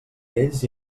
ells